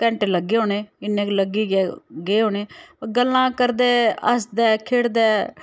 घैण्टे लग्गे होने इन्ने लग्गी गै गे होने गल्लां करदे हसदे खिड़दे